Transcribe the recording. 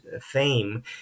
fame